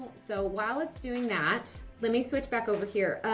so while it's doing that, let me switch back over here.